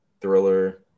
thriller